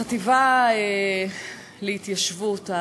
החטיבה להתיישבות,